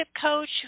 coach